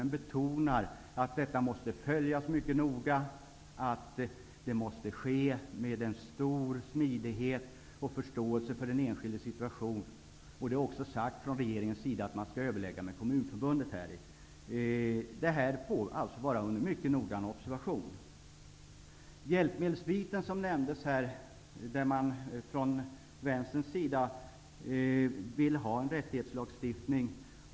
Vi betonar att detta måste följas mycket noga. Det måste ske med stor smidighet och med förståelse för den enskildes situation. Regeringen har också sagt att man skall överlägga med Kommunförbundet. Det kommer alltså att hållas under mycket noggrann observation. När det gäller hjälpmedel vill Vänstern ha en rättighetslagstiftning.